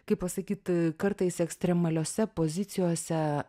kaip pasakyt kartais ekstremaliose pozicijose